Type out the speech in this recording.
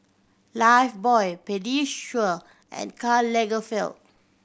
Lifebuoy Pediasure and Karl Lagerfeld